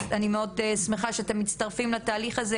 אז אני שמחה מאוד שאתם מצטרפים אל התהליך הזה